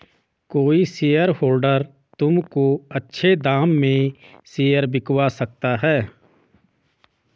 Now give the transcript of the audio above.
कोई शेयरहोल्डर तुमको अच्छे दाम में शेयर बिकवा सकता है